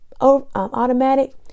automatic